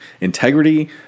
integrity